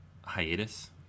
hiatus